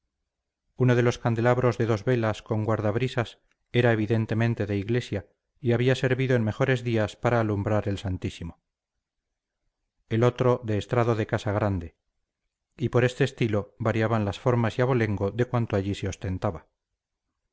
uno de los candelabros de dos velas con guardabrisas era evidentemente de iglesia y había servido en mejores días para alumbrar el santísimo el otro de estrado de casa grande y por este estilo variaban las formas y abolengo de cuanto allí se ostentaba